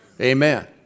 Amen